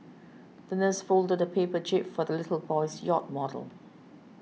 the nurse folded a paper jib for the little boy's yacht model